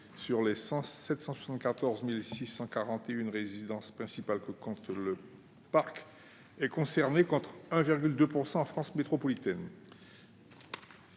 sur les 774 641 résidences principales que compte le parc, contre 1,2 % en France métropolitaine.